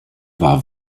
war